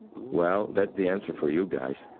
well, that's the answer for you guys.